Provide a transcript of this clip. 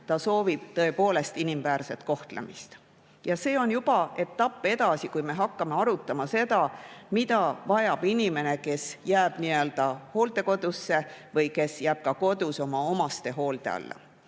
Ta soovib tõepoolest inimväärset kohtlemist. Ja see on juba etapp edasi, kui me hakkame arutama, mida vajab inimene, kes jääb hooldekodusse või kes jääb kodus omaste hoole alla.